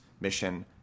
mission